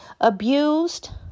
abused